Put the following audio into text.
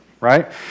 right